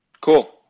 Cool